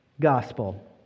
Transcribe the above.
gospel